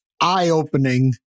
eye-opening